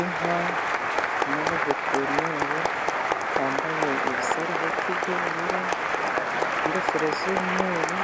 Inka n'abaveterineri bambaye ibisaruveti by'ubururu, ingofero z'umweru,